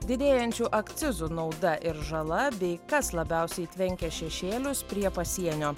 didėjančių akcizų nauda ir žala bei kas labiausiai tvenkia šešėlius prie pasienio